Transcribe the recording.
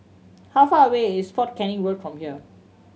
how far away is Fort Canning Road from here